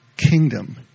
kingdom